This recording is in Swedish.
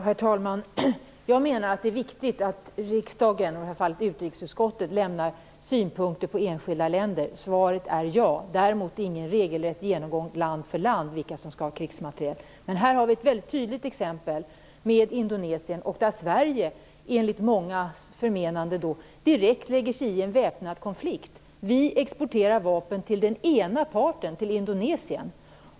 Herr talman! Jag menar att det är viktigt att riksdagen, i det här fallet utrikesutskottet, lämnar synpunkter på enskilda länder. Svaret är ja. Däremot behövs ingen regelrätt genomgång land för land av vilka som skall ha krigsmateriel. Men här har vi ett tydligt exempel i Indonesien. Enligt mångas förmenande lägger sig Sverige där direkt i en väpnad konflikt. Vi exporterar vapen till den ena parten, till Indonesien.